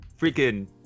freaking